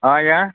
ହଁ ଆଜ୍ଞା